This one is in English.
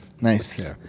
Nice